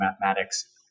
mathematics